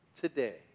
today